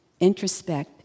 introspect